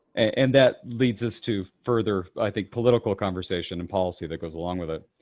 and that leads us to further, i think, political conversation and policy that goes along with it.